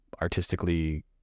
artistically